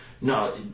no